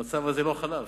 המצב הזה לא חלף.